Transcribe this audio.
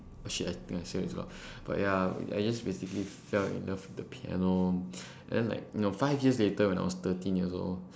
oh shit I think I said it too loud but ya I just basically fell in love with the piano and then like you know five years later when I was thirteen years old